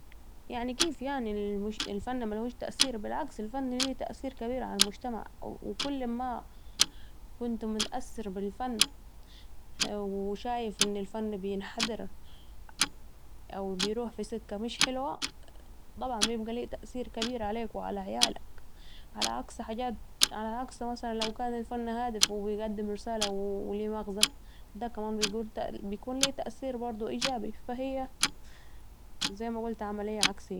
يعني كيف يعني الفن ملهوش تأثير بالعكس الفن ليه تأثير كبير على المجتمع ، و كل ما كنت متأثر بالفنو شايف أن الفن بينحدر و بيروح في سكه مش حلوه طبعاً بيكون ليه تأثير كبير عليك و على عيالك على عكس حجات ، على عكس مثلاً لو كان الفن هادف و ليه مغذي ده بيكون ليه تأثير إيجابي ،فهي زي مقولت عمليه عكسية